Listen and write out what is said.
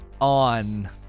on